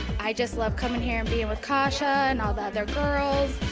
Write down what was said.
i just love coming here and being with kasia and all the other girls.